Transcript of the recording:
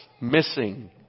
missing